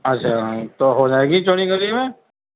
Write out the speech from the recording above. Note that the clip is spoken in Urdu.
اچھا تو ہو جائے گی چوڑی گلی میں